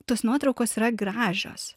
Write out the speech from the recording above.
tos nuotraukos yra gražios